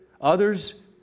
Others